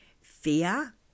fear